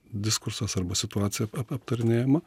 diskursas arba situacija ap aptarinėjama